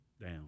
down